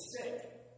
sick